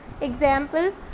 Example